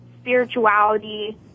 spirituality